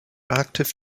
active